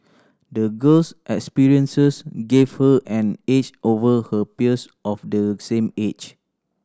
the girl's experiences gave her an edge over her peers of the same age